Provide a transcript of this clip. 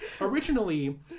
originally